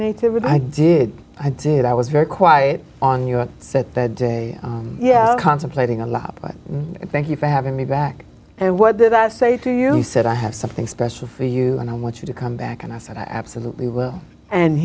native i did i did i was very quiet on your set bed day yeah contemplating a lot but thank you for having me back and what did that say to you he said i have something special for you and i want you to come back and i said i absolutely will and